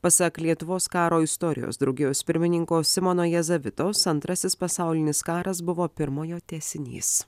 pasak lietuvos karo istorijos draugijos pirmininko simono jezavitos antrasis pasaulinis karas buvo pirmojo tęsinys